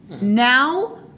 Now